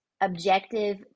objective